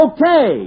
Okay